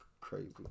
crazy